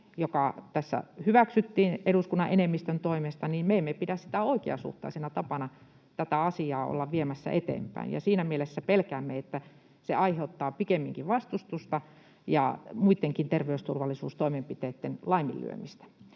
joka tässä hyväksyttiin eduskunnan enemmistön toimesta, me emme pidä oikeasuhtaisena tapana tätä asiaa olla viemässä eteenpäin. Siinä mielessä pelkäämme, että se aiheuttaa pikemminkin vastustusta ja muittenkin ter-veysturvallisuustoimenpiteitten laiminlyömistä.